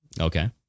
Okay